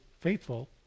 faithful